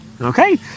Okay